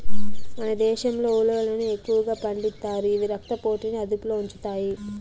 మన దేశంలో ఉలవలను ఎక్కువగా పండిస్తారు, ఇవి రక్త పోటుని అదుపులో ఉంచుతాయి